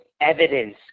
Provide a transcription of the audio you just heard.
evidence